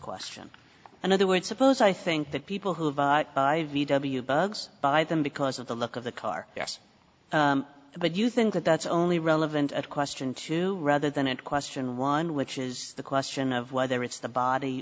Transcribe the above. question another would suppose i think that people who have a v w bugs buy them because of the look of the car yes but you think that that's only relevant at question two rather than at question one which is the question of whether it's the body